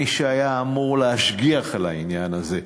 מי שהיה אמור להשגיח על העניין הזה,